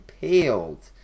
peeled